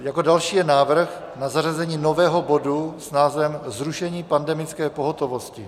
Jako další je návrh na zařazení nového bodu s názvem Zrušení pandemické pohotovosti.